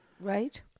Right